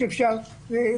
השופט ג'ובראן,